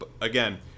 again